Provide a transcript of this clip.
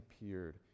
appeared